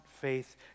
faith